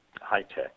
high-tech